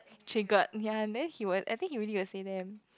triggered ya then he was I think he ready to said them